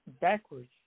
backwards